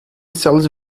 sells